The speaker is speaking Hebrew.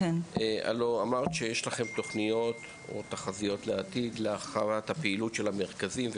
הלא אמרת שיש לכם תוכניות או תחזיות לעתיד להרחבת הפעילות של המרכזים.